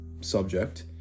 subject